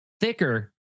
thicker